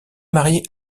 marié